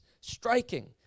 striking